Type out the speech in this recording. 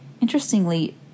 Interestingly